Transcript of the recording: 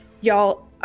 y'all